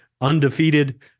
undefeated